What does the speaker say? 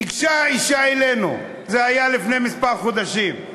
ניגשה האישה אלינו, זה היה לפני כמה חודשים,